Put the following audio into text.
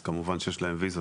אז כמובן שיש להם ויזה.